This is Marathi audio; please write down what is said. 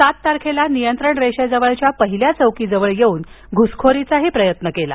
सात तारखेला नियंत्रण रेषेजवळच्या पहिल्या चौकीजवळ येऊन घुसखोरीचाही प्रयत्न केला